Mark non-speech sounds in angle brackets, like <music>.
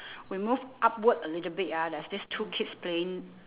<breath> we move upward a little bit ah there's this two kids playing